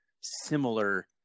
similar